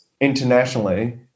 internationally